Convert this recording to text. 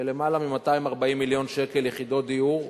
ביותר מ-240 מיליון שקל, יחידות דיור,